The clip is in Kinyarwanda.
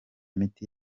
miti